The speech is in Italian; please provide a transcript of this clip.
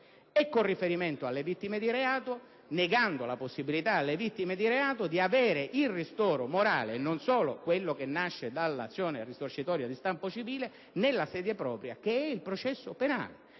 Con riferimento alle vittime di reato, si nega loro la possibilità di avere il ristoro morale ‑ e non solo quello che nasce dall'azione risarcitoria di stampo civile ‑ nella sede propria, che è il processo penale,